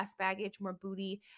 LessBaggageMoreBooty